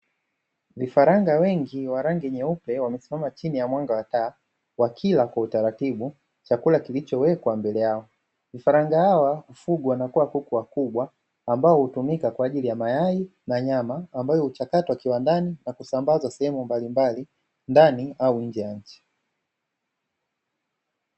Vifaranga wengi weupe wamesimama chini ya mwanga wa taa, wakila kwa utaratibu chakula kilichowekwa mbele yao. Vifaranga hawa hufugwa na kuwa kuku wakubwa na ambao hutumia kwaajili ya mayai na nyama, ambao huchakatwa kiwandani na kusambaza sehemu mbalimbali ndani au nje ya nchi.